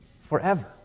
forever